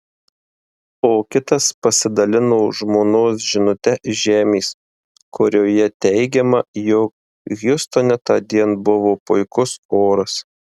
o kitas pasidalino žmonos žinute iš žemės kurioje teigiama jog hjustone tądien buvo puikus oras